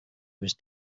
was